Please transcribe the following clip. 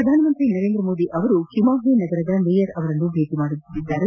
ಪ್ರಧಾನಮಂತ್ರಿ ನರೇಂದ್ರ ಮೋದಿ ಅವರು ಕಿಮಾಹೆ ನಗರದ ಮೇಯರ್ ಅವರನ್ನು ಭೇಟಿ ಮಾಡಲಿದ್ದಾರೆ